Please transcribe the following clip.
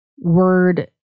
word